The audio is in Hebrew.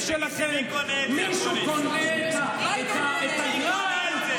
לאן תביאו את החרפה?